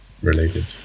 Related